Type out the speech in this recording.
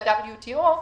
ה-WTO,